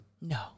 No